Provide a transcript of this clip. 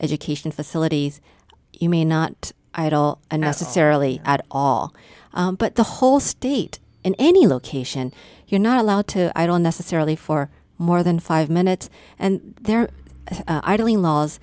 education facilities you may not idle unnecessarily at all but the whole state and any location you're not allowed to i don't necessarily for more than five minutes and there are doing laws